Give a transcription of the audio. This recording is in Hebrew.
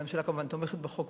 אבל הממשלה כמובן תומכת בחוק,